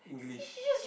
English